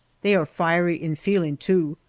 they are fiery in feeling, too,